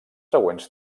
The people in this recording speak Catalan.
següents